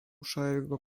szarego